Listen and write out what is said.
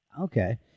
Okay